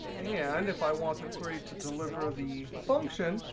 and if i want the query to deliver the function,